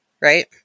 Right